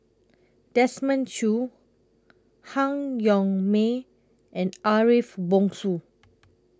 Desmond Choo Han Yong May and Ariff Bongso